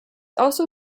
also